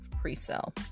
pre-sale